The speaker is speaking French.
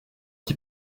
qui